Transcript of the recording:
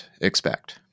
expect